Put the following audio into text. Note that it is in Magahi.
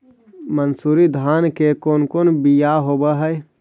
मनसूरी धान के कौन कौन बियाह होव हैं?